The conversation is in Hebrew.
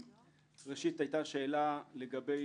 ראשית, היתה שאלה לגבי